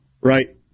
right